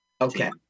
Okay